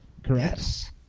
Correct